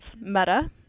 Meta